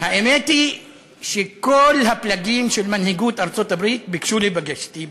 האמת היא שכל הפלגים של מנהיגות ארצות-הברית ביקשו להיפגש אתי,